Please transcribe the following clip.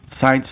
sites